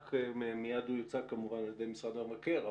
מיד הוא יוצג כמובן על ידי משרד המבקר,